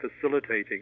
facilitating